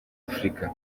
afurika